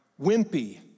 wimpy